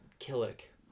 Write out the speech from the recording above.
Killick